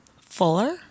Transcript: fuller